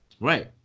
Right